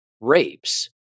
rapes